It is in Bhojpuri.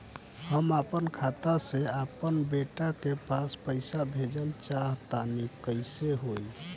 हम आपन खाता से आपन बेटा के पास पईसा भेजल चाह तानि कइसे होई?